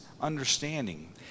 understanding